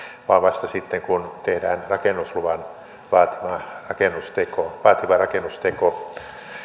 vaan vasta sitten kun tehdään rakennusluvan vaativa rakennusteko vaativa rakennusteko